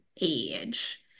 age